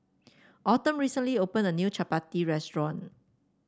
Autumn recently opened a new chappati restaurant